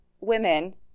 women